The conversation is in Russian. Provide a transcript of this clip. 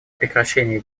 прекращении